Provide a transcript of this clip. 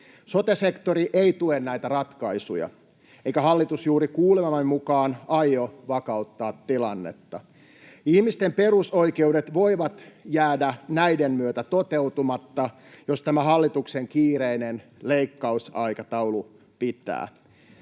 Sote-sektori ei tue näitä ratkaisuja, eikä hallitus juuri kuulemamme mukaan aio vakauttaa tilannetta. Ihmisten perusoikeudet voivat jäädä näiden myötä toteutumatta, jos tämä hallituksen kiireinen leikkausaikataulu pitää.